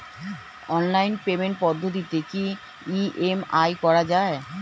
Online পেমেন্টের পদ্ধতিতে কি ই.এম.আই করা যায়?